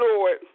Lord